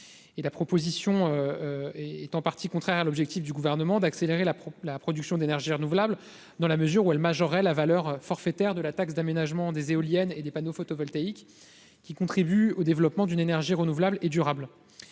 amendement est en partie contraire à l'objectif du Gouvernement d'accélérer la production d'énergies renouvelables, dans la mesure où le dispositif proposé majorerait la valeur forfaitaire de la taxe d'aménagement appliquée aux éoliennes et aux panneaux photovoltaïques, alors qu'ils contribuent au développement d'une énergie renouvelable et durable.